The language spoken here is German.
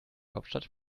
hauptstadt